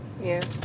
Yes